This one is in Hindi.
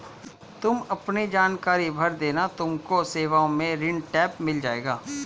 तुम अपने जानकारी भर देना तुमको सेवाओं में ऋण टैब मिल जाएगा